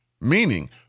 meaning